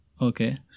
Okay